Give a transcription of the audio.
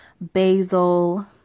basil